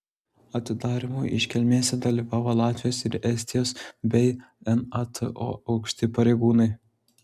atidarymo iškilmėse dalyvavo latvijos ir estijos bei nato aukšti pareigūnai